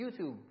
YouTube